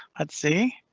let's see